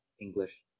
english